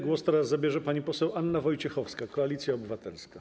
Głos teraz zabierze pani poseł Anna Wojciechowska, Koalicja Obywatelska.